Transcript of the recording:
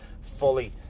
fully